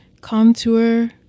Contour